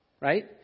right